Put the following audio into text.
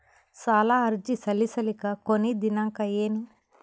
ಸಾಲ ಅರ್ಜಿ ಸಲ್ಲಿಸಲಿಕ ಕೊನಿ ದಿನಾಂಕ ಏನು?